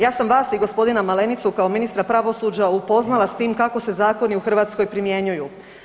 Ja sam vas i gospodina Malenicu kao ministra pravosuđa upoznala s tim kako se zakoni u Hrvatskoj primjenjuju.